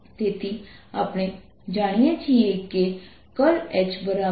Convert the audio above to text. તેથી આપણે જાણીએ છીએ કે H Jfree0 છે